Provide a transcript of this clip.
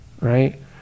right